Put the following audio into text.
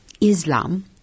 Islam